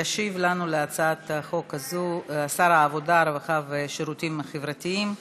השאלה אם אתה יכול לבקש,